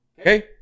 okay